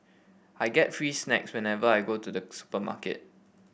I get free snacks whenever I go to the supermarket